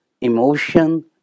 Emotion